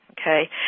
Okay